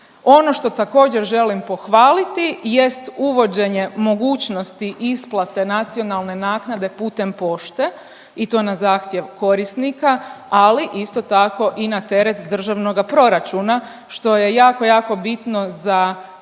Ono što također, želim pohvaliti jest uvođenje mogućnosti isplate nacionalne naknade putem pošte i to na zahtjev korisnika, ali isto tako i na teret državnoga proračuna, što je jako, jako bitno za